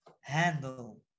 handle